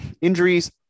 injuries